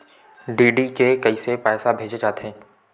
DD से कइसे पईसा भेजे जाथे?